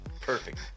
Perfect